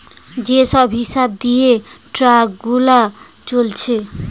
যে সব হিসাব দিয়ে ট্যাক্স গুনা চলছে